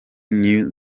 new